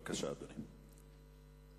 בבקשה, אדוני.